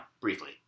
briefly